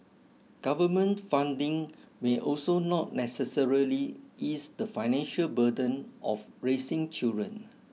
government funding may also not necessarily ease the financial burden of raising children